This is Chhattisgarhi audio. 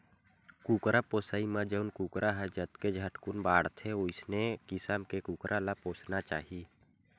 कुकरा पोसइ म जउन कुकरा ह जतके झटकुन बाड़थे वइसन किसम के कुकरा ल पोसना चाही